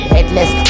Headless